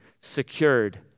secured